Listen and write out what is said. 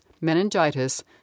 meningitis